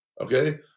okay